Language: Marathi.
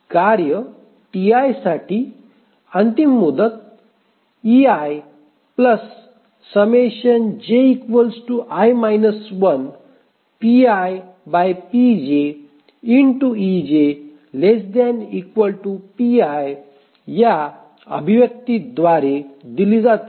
कार्य साठी अंतिम मुदत या अभिव्यक्ती द्वारे दिली जाते